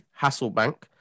Hasselbank